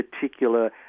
particular